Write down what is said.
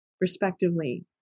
respectively